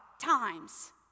times